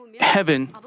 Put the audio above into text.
heaven